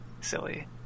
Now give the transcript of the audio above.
silly